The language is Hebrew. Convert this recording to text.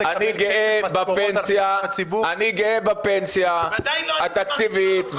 אני גאה בפנסיה -- עדיין לא ----- התקציבית,